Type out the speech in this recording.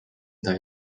mida